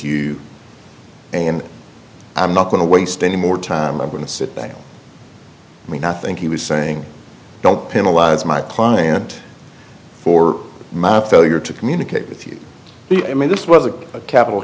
you and i'm not going to waste any more time i'm going to sit back i mean i think he was saying don't penalize my client for my failure to communicate with you i mean this was a capital